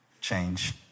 change